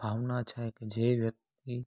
भावना छाहे के जे व्यक्ती